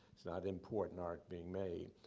it's not important art being made.